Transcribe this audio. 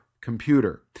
computer